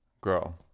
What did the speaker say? girl